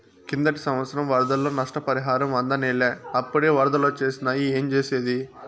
కిందటి సంవత్సరం వరదల్లో నష్టపరిహారం అందనేలా, అప్పుడే ఒరదలొచ్చేసినాయి ఏంజేసేది